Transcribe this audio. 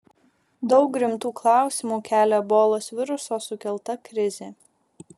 daug rimtų klausimų kelia ebolos viruso sukelta krizė